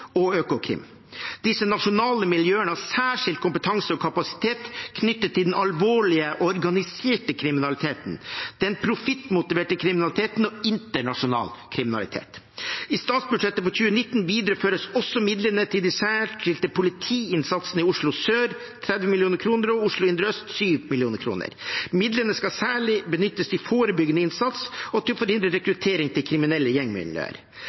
og Økokrim. Disse nasjonale miljøene har særskilt kompetanse og kapasitet knyttet til den alvorlige og organiserte kriminaliteten, den profittmotiverte kriminaliteten og internasjonal kriminalitet. I statsbudsjettet for 2019 videreføres også midlene til de særskilte politiinnsatsene i Oslo sør med 30 mill. kr og Oslo indre øst med 7 mill. kr. Midlene skal særlig benyttes til forebyggende innsats og til å forhindre rekruttering til kriminelle